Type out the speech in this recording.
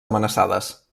amenaçades